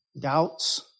doubts